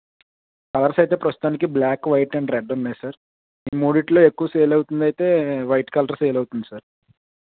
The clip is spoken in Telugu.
కలర్స్ అయితే ప్రస్తుతానికి బ్లాక్ వైట్ అండ్ రెడ్ ఉన్నాయి సార్ ఈ మూడింటిలో ఎక్కువ సేల్ అవుతుంది అయితే వైట్ కలర్ సేల్ అవుతుంది సార్